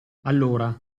allora